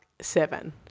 seven